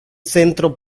centro